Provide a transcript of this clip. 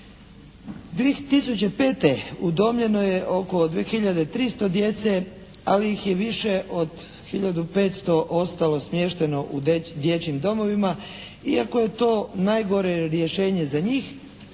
godine udomljeno je oko 2300 djece, ali ih je više od 1500 ostalo smješteno u dječjim domovima, iako je to najgore rješenje za njih,